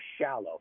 shallow